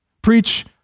Preach